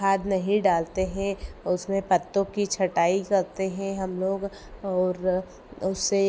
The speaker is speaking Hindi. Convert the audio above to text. खाद नहीं डालते हैं और उसमें पत्तों की छँटाई करते हैं हम लोग और उससे